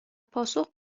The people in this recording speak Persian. پاسخ